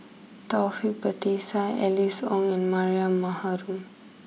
Taufik Batisah Alice Ong and Mariam